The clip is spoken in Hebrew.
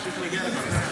אדוני היושב-ראש,